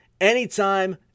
anytime